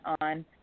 on